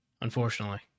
Unfortunately